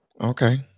okay